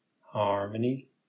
harmony